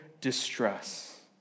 distress